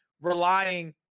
relying